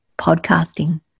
podcasting